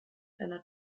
einer